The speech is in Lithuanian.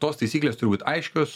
tos taisyklės turi būt aiškios